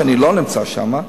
שאני לא נמצא שם,